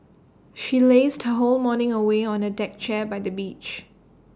she lazed her whole morning away on A deck chair by the beach